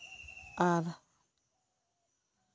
ᱟᱨ